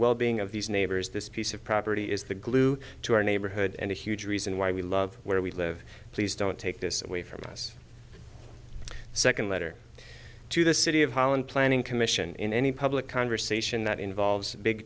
well being of these neighbors this piece of property is the glue to our neighborhood and a huge reason why we love where we live please don't take this away from us second letter to the city of holland planning commission in any public conversation that involves big